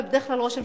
וראש הממשלה,